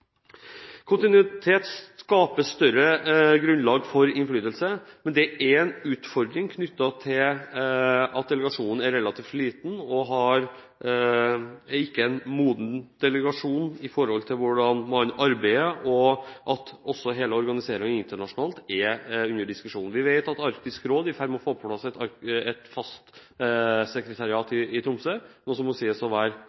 Kontinuitet skaper større grunnlag for innflytelse, men det er en utfordring knyttet til at delegasjonen er relativt liten og ikke er en moden delegasjon med tanke på hvordan man arbeider, og at hele organiseringen internasjonalt blir diskutert. Vi vet at Arktisk råd er i ferd med å få på plass et fast sekretariat i